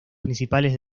principales